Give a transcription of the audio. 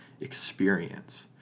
experience